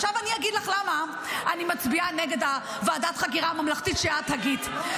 עכשיו אני אגיד לך למה אני מצביעה נגד ועדת החקירה הממלכתית שאת הגית.